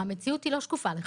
המציאות היא לא שקופה לך,